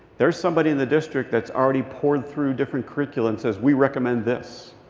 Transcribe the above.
there's somebody in the district that's already pored through different curricula and says, we recommend this.